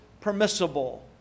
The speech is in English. permissible